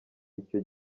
icyo